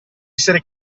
essere